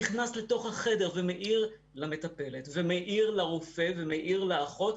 נכנס לתוך החדר ומעיר למטפלת ומעיר לרופא ומעיר לאחות,